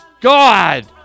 God